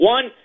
One